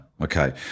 okay